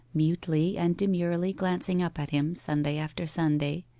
mutely and demurely glancing up at him sunday after sunday,